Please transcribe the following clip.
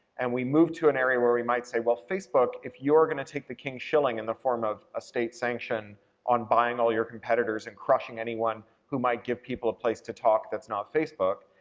and we move to an area where we might say, well facebook if you're gonna take the king shilling in the form of a state-sanction on buying all your competitors and crushing anyone who might give people a place to talk that's not facebook,